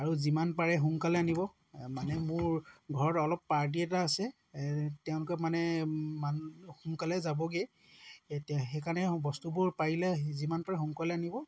আৰু যিমান পাৰে সোনকালে আনিব মানে মোৰ ঘৰত অলপ পাৰ্টি এটা আছে এই তেওঁলোকে মানে সোনকালে যাবগৈ এতিয়া সেইকাৰণে বস্তুবোৰ পাৰিলে যিমান পাৰে সোনকালে আনিব